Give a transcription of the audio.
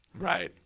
Right